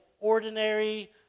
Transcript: ordinary